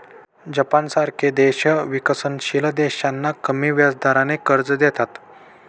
जपानसारखे देश विकसनशील देशांना कमी व्याजदराने कर्ज देतात